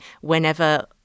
whenever